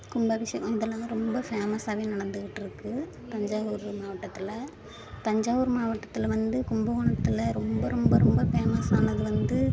கும்பாபிஷேகம் இதெல்லாம் ரொம்ப ஃபேமஸாகவே நடந்துக்கிட்டுருக்கு தஞ்சாவூர் மாவட்டத்தில் தஞ்சாவூர் மாவட்டத்தில் வந்து கும்பகோணத்தில் ரொம்ப ரொம்ப ரொம்ப ஃபேமஸ் ஆனது வந்து